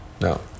No